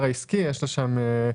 רצון מהתכנית.